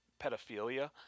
pedophilia